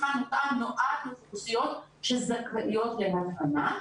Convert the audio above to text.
מבחן מותאם נועד לאוכלוסיות שזכאיות להתאמה,